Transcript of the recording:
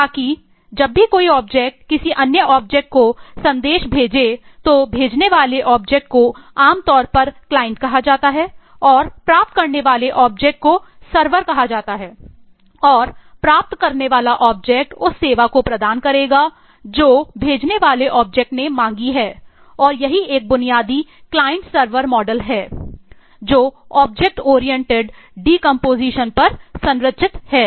ताकि जब भी कोई ऑब्जेक्ट् पर संरचित है